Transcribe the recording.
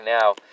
now